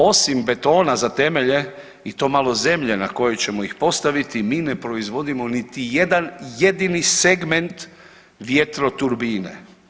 Osim betona za temelje i to malo zemlje na kojoj ćemo ih postaviti mi ne proizvodimo niti jedan jedini segment vjetroturbine.